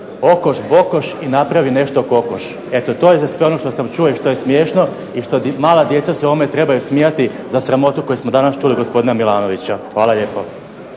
"Okoš bokoš i napravi nešto kokoš." Eto to je za sve ono što sam čuo i što je smiješno i što mala djeca se ovome trebaju smijati za sramotu koju smo danas čuli od gospodina Milanovića. Hvala lijepo.